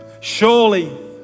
surely